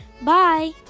Bye